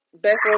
Best